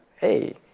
Hey